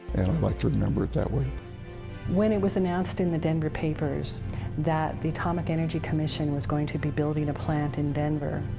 and i'd like to remember it that way. iverson when it was announced in the denver papers that the atomic energy commission was going to be building a plant in denver,